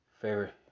favorite